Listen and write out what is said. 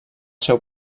seu